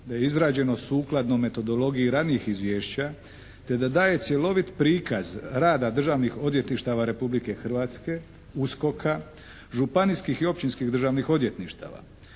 da je izrađeno sukladno metodologiji ranijih izvješća te da daje cjelovit prikaz rada državnih odvjetništava Republike Hrvatske, USKOK-a, županijskih i općinskih državnih odvjetništava.